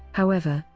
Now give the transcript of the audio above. however,